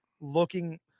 looking –